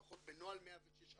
לפחות בנוהל 106,